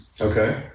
Okay